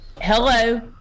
hello